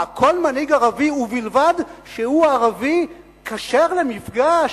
מה, כל מנהיג ערבי, ובלבד שהוא ערבי, כשר למפגש?